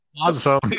awesome